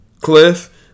Cliff